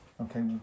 okay